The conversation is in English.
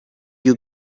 you